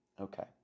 Okay